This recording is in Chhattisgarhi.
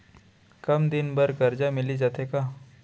कम दिन बर करजा मिलिस जाथे का?